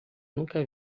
nunca